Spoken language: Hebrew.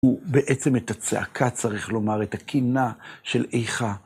הוא בעצם את הצעקה, צריך לומר, את הקינה של איכה.